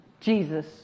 Jesus